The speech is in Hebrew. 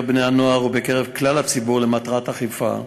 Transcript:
בני-הנוער ובקרב כלל הציבור למטרת אכיפה.